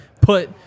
put